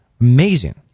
amazing